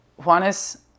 Juanes